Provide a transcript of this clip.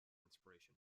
inspiration